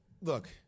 look